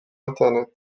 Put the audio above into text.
internet